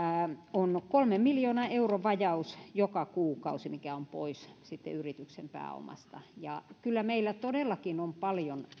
on kolmen miljoonan euron vajaus joka kuukausi mikä on pois sitten yrityksen pääomasta kyllä meillä todellakin on paljon